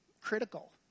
critical